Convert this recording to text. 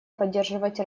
поддерживать